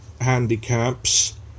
handicaps